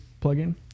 plugin